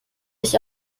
ich